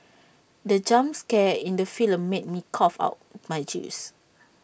the jump scare in the film made me cough out my juice